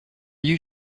you